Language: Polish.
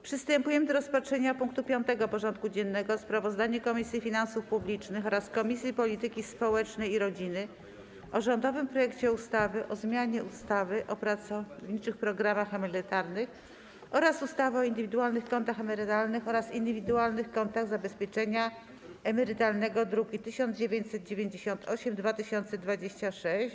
Przystępujemy do rozpatrzenia punktu 5. porządku dziennego: Sprawozdanie Komisji Finansów Publicznych oraz Komisji Polityki Społecznej i Rodziny o rządowym projekcie ustawy o zmianie ustawy o pracowniczych programach emerytalnych oraz ustawy o indywidualnych kontach emerytalnych oraz indywidualnych kontach zabezpieczenia emerytalnego (druki nr 1998 i 2026)